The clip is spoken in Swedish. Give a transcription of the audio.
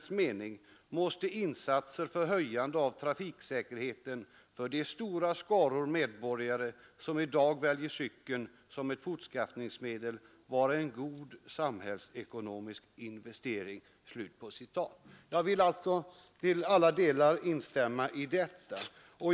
Enligt CMF:s mening måste säkerheten för de stora skaror medborgare, som i dag väljer cykeln som ett fortskaffningsmedel vara en god samhällsekonomisk investering.” Jag vill till alla delar instämma i detta.